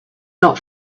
not